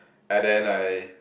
and then I